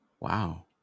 Wow